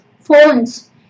phones